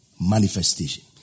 manifestation